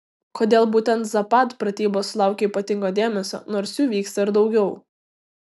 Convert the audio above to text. kodėl būtent zapad pratybos sulaukia ypatingo dėmesio nors jų vyksta ir daugiau